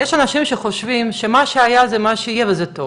יש אנשים שחושבים שמה שהיה זה מה שיהיה וזה טוב.